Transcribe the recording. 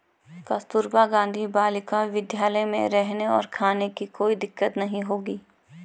कस्तूरबा गांधी बालिका विद्यालय में रहने और खाने की कोई दिक्कत नहीं होगी